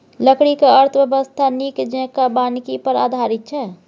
लकड़ीक अर्थव्यवस्था नीक जेंका वानिकी पर आधारित छै